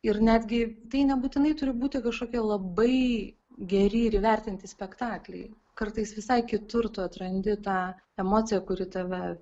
ir netgi tai nebūtinai turi būti kažkokie labai geri ir įvertinti spektakliai kartais visai kitur tu atrandi tą emociją kuri tave